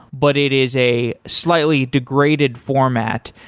but it is a slightly degraded format.